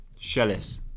Shellis